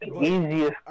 easiest